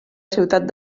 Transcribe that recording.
ciutat